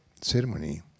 ceremony